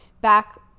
back